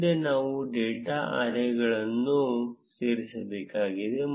ಮುಂದೆ ನಾವು ಡೇಟಾ ಅರೇಗಳನ್ನು ಸೇರಿಸಬೇಕಾಗಿದೆ